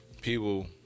People